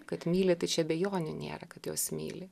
kad myli tai čia abejonių nėra kad juos myli